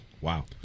Wow